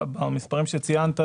המספרים שציינת,